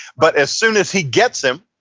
but as soon as he gets them,